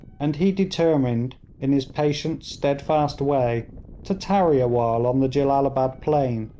and he determined in his patient, steadfast way to tarry a while on the jellalabad plain,